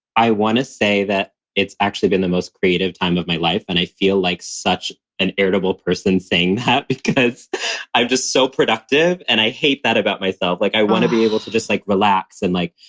i want to say that it's actually been the most creative time of my life. and i feel like such an irritable person saying because i'm just so productive. and i hate that about myself. like, i want to be able to just, like, relax and, like,